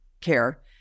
care